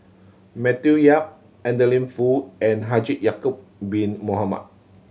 Matthew Yap Adeline Foo and Haji Ya'acob Bin Mohamed